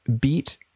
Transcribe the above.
beat